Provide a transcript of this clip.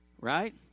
Right